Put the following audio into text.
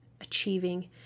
achieving